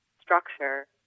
structure